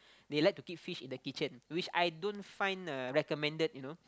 they like to keep fish in the kitchen which I don't find uh recommended you know